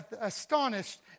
astonished